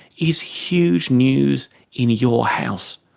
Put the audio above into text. is huge news in your house.